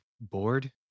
bored